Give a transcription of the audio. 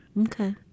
Okay